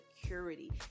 security